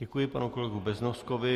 Děkuji panu kolegovi Beznoskovi.